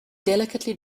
delicately